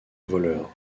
voleur